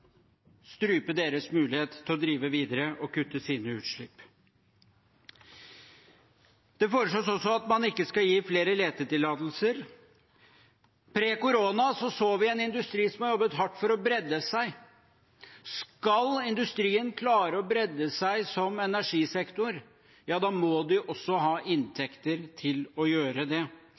strupe deres mulighet til å drive videre og kutte sine utslipp. Det foreslås også at man ikke skal gi flere letetillatelser. Pre korona så vi en industri som har jobbet hardt for å bredde seg. Skal industrien klare å bredde seg som energisektor, må de også ha inntekter til å gjøre det.